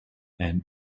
and